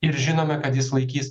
ir žinome kad jis laikys